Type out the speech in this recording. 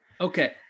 Okay